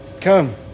Come